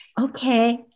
okay